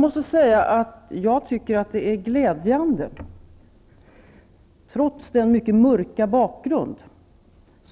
Trots den mycket mörka bakgrunden tycker jag att det